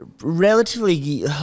relatively